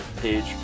page